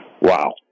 Wow